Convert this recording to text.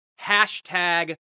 hashtag